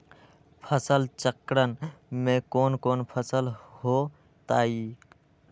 फसल चक्रण में कौन कौन फसल हो ताई?